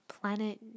Planet